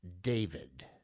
David